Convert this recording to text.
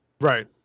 right